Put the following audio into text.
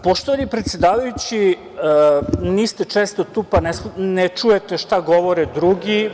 Poštovani predsedavajući, niste često tu, pa ne čujete šta govore drugi.